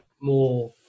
more